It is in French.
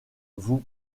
vous